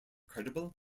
credible